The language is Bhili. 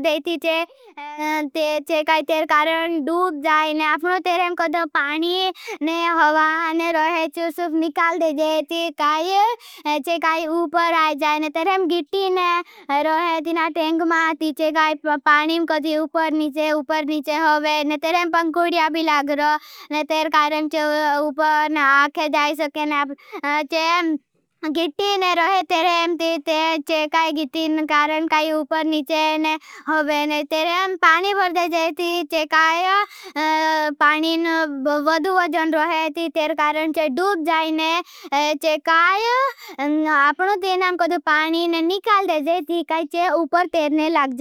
देती चे। काई तेर कारण दूप जाई ने आपनों तेरेम कद पानी ने हवा ने रहे तेरेम गिटी ने रहे। तेरेम ते चे काई गिटी कारण काई उपर नीचे ने होवे तेरेम पानी भर देती। चे काई पानीन वदुवजन रहे तेर कारण चे डूप जाए। ने चे काई आपनों तेरेम कद पानी ने निकाल देती। चे काई चे उपर तेर ने लाग जाए